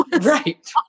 Right